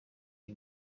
iyi